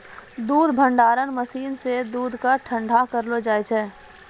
दूध भंडारण मसीन सें दूध क ठंडा रखलो जाय छै